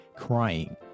crying